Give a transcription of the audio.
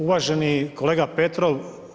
Uvaženi kolega Petrov.